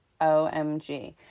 OMG